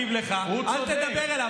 מי שלא יכול להגיב לך, אל תדבר אליו.